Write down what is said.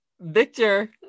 Victor